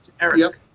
Eric